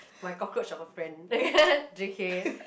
my cockroach of a friend J_K